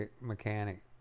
mechanic